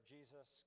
Jesus